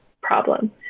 problem